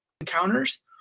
encounters